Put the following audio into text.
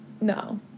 No